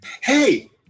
Hey